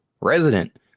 resident